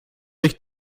durch